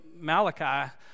Malachi